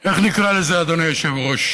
איך נקרא לזה, אדוני היושב-ראש,